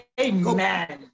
Amen